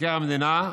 מבקר המדינה,